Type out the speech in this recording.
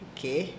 Okay